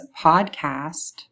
podcast